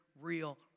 real